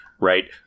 right